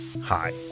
Hi